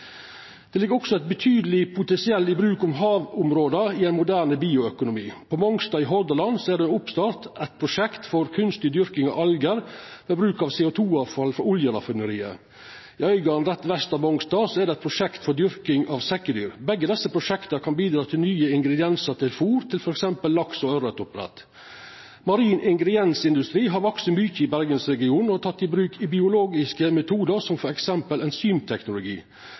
Det ligg også eit betydeleg potensial i bruk av havområda i ein moderne bioøkonomi. På Mongstad i Hordaland er det starta opp eit prosjekt for kunstig dyrking av algar ved bruk av CO2-avfall frå oljeraffineriet. I Øygarden rett vest for Mongstad er det eit prosjekt for dyrking av sekkedyr. Begge desse prosjekta kan bidra til nye ingrediensar til fôr til f.eks. lakse- og aureoppdrett. Marin ingrediensindustri har vakse mykje i Bergensregionen og har teke i bruk bioteknologiske metodar som